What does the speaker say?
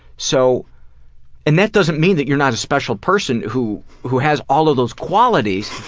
so and that doesn't mean that you're not a special person who who has all of those qualities,